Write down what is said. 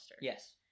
yes